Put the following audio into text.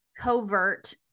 covert